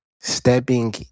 stepping